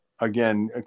again